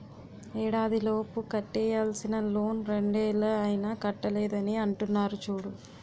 ఏడాదిలోపు కట్టేయాల్సిన లోన్ రెండేళ్ళు అయినా కట్టలేదని అంటున్నారు చూడు